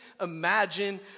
imagine